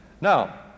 Now